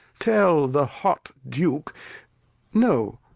tell the hot duke no,